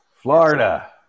Florida